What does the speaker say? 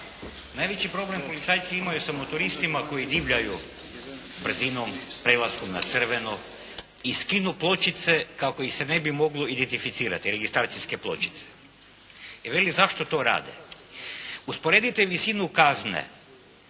Najveći problem policajci imaju sa motoristima koji divljaju brzinom s prelaska na crveno i skinu pločice kako ih se ne bi moglo identificirati, registarske pločice. I veli zašto to rade? Usporedite visinu kazne